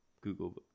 Google